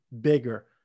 bigger